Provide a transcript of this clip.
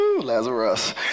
Lazarus